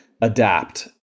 adapt